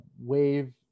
wave